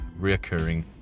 reoccurring